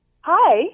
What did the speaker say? Hi